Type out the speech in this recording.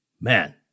man